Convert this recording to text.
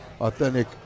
authentic